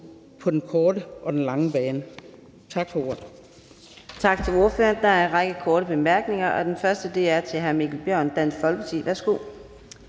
på den korte og den lange bane. Tak for ordet.